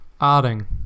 adding